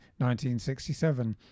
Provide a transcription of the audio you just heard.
1967